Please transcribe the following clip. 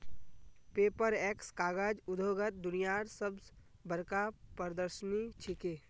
Paperex कागज उद्योगत दुनियार सब स बढ़का प्रदर्शनी छिके